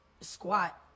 squat